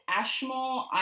Ashmore